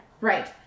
Right